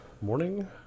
morning